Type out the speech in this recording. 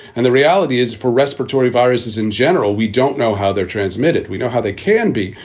and the reality is for respiratory viruses in general, we don't know how they're transmitted. we know how they can be,